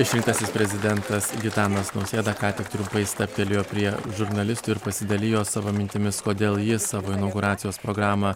išrinktasis prezidentas gitanas nausėda ką tik trumpai stabtelėjo prie žurnalistų ir pasidalijo savo mintimis kodėl jis savo inauguracijos programą